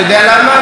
אתה יודע למה?